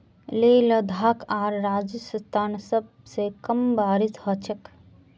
लेह लद्दाख आर राजस्थानत सबस कम बारिश ह छेक